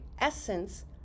essence